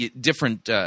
different